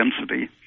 density